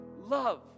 love